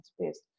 space